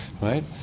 right